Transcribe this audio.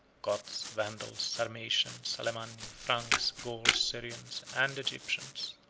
goths, vandals, sarmatians, alemanni, franks, gauls, syrians, and egyptians.